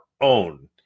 own